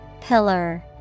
Pillar